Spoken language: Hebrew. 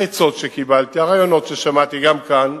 העצות שקיבלתי, הרעיונות ששמעתי גם כאן,